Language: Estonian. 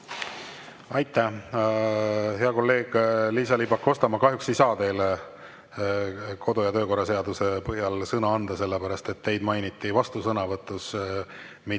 Aitäh! Hea kolleeg Liisa-Ly Pakosta! Ma kahjuks ei saa teile kodu- ja töökorra seaduse põhjal sõna anda, sellepärast et teid mainiti vastusõnavõtus,